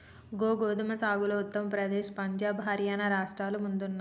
గీ గోదుమ సాగులో ఉత్తర ప్రదేశ్, పంజాబ్, హర్యానా రాష్ట్రాలు ముందున్నాయి